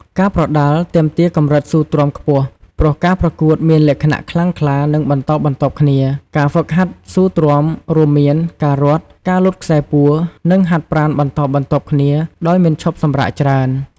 ការប្រដាល់ទាមទារកម្រិតស៊ូទ្រាំខ្ពស់ ព្រោះការប្រកួតមានលក្ខណៈខ្លាំងក្លា និងបន្តបន្ទាប់គ្នា ការហ្វឹកហាត់ស៊ូទ្រាំរួមមាន ការរត់ ការលោតខ្សែពួរ និងហាត់ប្រាណបន្តបន្ទាប់គ្នាដោយមិនឈប់សម្រាកច្រើន។